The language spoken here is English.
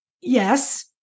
yes